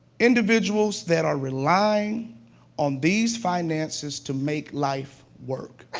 individuals that are relying on these finances to make life work,